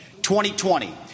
2020